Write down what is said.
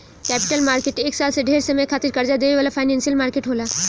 capital market एक साल से ढेर समय खातिर कर्जा देवे वाला फाइनेंशियल मार्केट होला